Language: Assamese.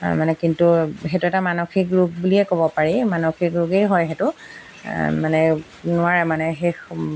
মানে কিন্তু সেইটো এটা মানসিক ৰোগ বুলিয়ে ক'ব পাৰি মানসিক ৰোগেই হয় সেইটো মানে নোৱাৰে মানে সেই